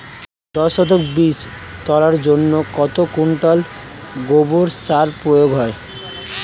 দশ শতক বীজ তলার জন্য কত কুইন্টাল গোবর সার প্রয়োগ হয়?